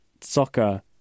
soccer